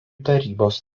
tarybos